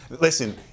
Listen